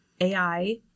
AI